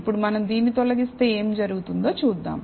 ఇప్పుడు మనం దీన్ని తొలగిస్తే ఏమి జరుగుతుందో చూద్దాం